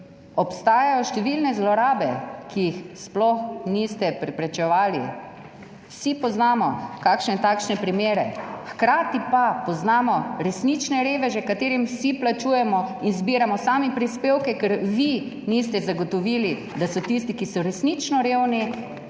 obstajajo številne zlorabe, ki jih sploh niste preprečevali, vsi poznamo kakšne takšne primere. Hkrati pa poznamo resnične reveže, ki jim vsi plačujemo in zbiramo sami prispevke, ker vi niste zagotovili, da imajo tisti, ki so resnično revni,